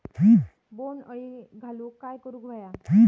बोंड अळी घालवूक काय करू व्हया?